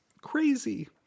Crazy